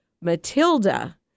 Matilda